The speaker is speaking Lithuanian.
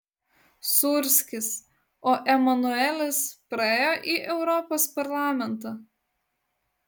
sūrskis o emanuelis praėjo į europos parlamentą